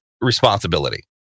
responsibility